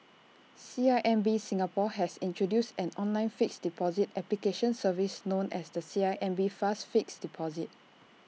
C I M B Singapore has introduced an online fixed deposit application service known as the C I M B fast fixed deposit